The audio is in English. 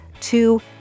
two